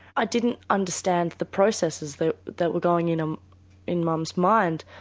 i didn't understand that the processes that that were going in um in mum's mind.